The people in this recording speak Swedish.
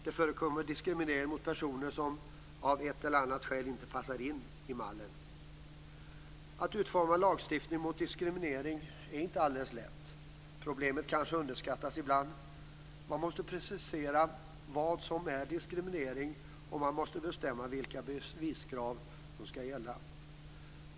Det förekommer diskriminering mot personer som av ett eller annat skäl inte passar in i "mallen". Att utforma lagstiftning mot diskriminering är inte alldeles lätt. Problemet kanske underskattas ibland. Man måste precisera vad som är diskriminering, och man måste bestämma vilka beviskrav som skall gälla.